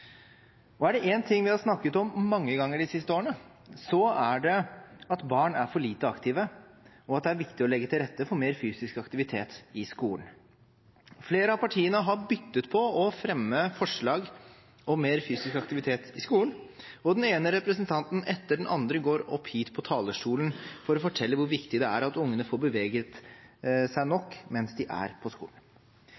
Og er det en ting vi har snakket om mange ganger de siste årene, er det at barn er for lite aktive, og at det er viktig å legge til rette for mer fysisk aktivitet i skolen. Flere av partiene har byttet på å fremme forslag om mer fysisk aktivitet i skolen, og den ene representanten etter den andre har gått opp hit på talerstolen for å fortelle hvor viktig det er at ungene får beveget seg